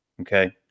Okay